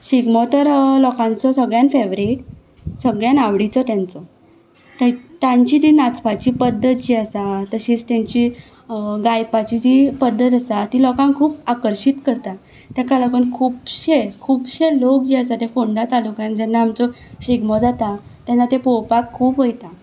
शिगमो तर लोकांचो सगळ्यान फॅवरेट सगळ्यान आवडीचो तेंचो ते तांची ती नाचपाची पद्दत जी आसा तशीच तेंची गावपाची जी पद्दत आसा ती लोकांक खूब आकर्शीत करता तेका लागून खुबशे खुबशे लोक जे आसा ते फोंडा तालुकान जेन्ना आमचो शिगमो जाता तेन्ना ते पोवपाक खूब वयता